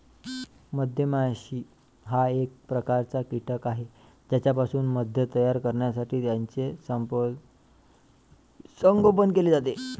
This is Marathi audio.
मधमाशी हा एक प्रकारचा कीटक आहे ज्यापासून मध तयार करण्यासाठी त्याचे संगोपन केले जाते